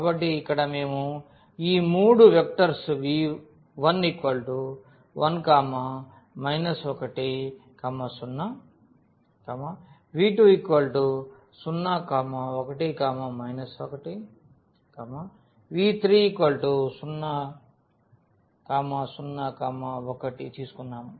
కాబట్టి ఇక్కడ మేము ఈ మూడు వెక్టర్స్ v11 10v201 1v3001 తీసుకున్నాము